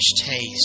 taste